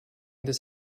this